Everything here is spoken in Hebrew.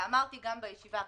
אמרתי גם בישיבה הקודמת,